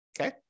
Okay